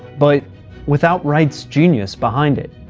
but without wright's genius behind it.